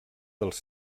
dels